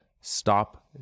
Stop